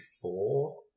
four